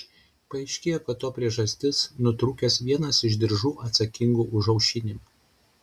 paaiškėjo kad to priežastis nutrūkęs vienas iš diržų atsakingų už aušinimą